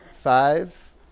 Five